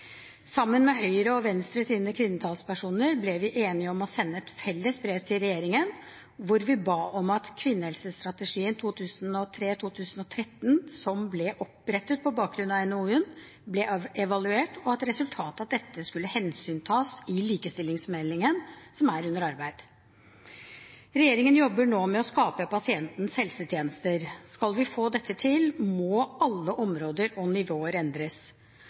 Sammen med Høyres og Venstres kvinnetalspersoner ble vi enige om å sende et felles brev til regjeringen, hvor vi ba om at kvinnehelsestrategien for 2003–2013, som ble opprettet på bakgrunn av NOU-en, ble evaluert, og at resultatet av dette skulle tas hensyn til i likestillingsmeldingen som er under arbeid. Regjeringen jobber nå med å skape pasientens helsetjeneste. Skal vi få til dette, må alle områder og nivåer endres.